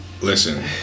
Listen